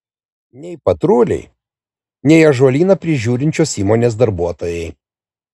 nei patruliai nei ąžuolyną prižiūrinčios įmonės darbuotojai